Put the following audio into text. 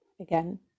Again